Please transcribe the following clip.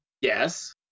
Yes